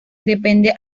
depende